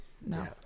no